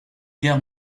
guerre